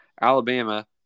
Alabama